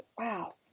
wow